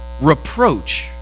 reproach